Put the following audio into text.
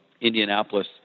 Indianapolis